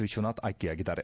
ವಿಶ್ವನಾಥ್ ಆಯ್ಕೆಯಾಗಿದ್ದಾರೆ